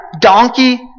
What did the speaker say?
donkey